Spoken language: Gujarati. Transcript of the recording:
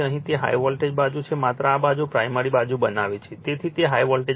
અહીં તે હાઇ વોલ્ટેજ બાજુ છે માત્ર આ બાજુ પ્રાઇમરી બાજુ બનાવે છે તેથી તે હાઇ વોલ્ટેજ બાજુ છે